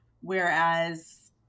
Whereas